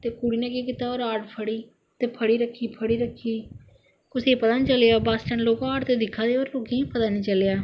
ते कुड़ी ने केह् कीता ओह् राॅड फड़ी रक्खी फड़ी रक्खी कुसेगी पता नेईं चलेआ बस स्टैंड लोक हाड़ ते दिक्खा दे हे पर लोकें गी पता नेईं चलेआ